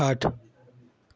खाट